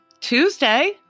Tuesday